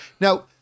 Now